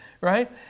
right